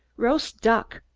roast duck.